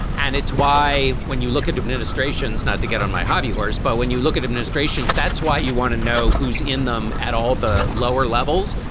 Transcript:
and it's why when you look at administrations not to get on my hobbyhorse, but when you look at administrations, that's why you want to know who's in them at all the lower levels,